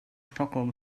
stockholm